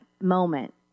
moment